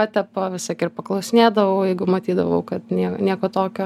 patepa vis tiek ir paklausinėdavau jeigu matydavau kad nie nieko tokio